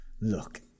look